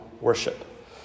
worship